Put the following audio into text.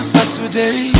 Saturday